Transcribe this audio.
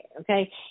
okay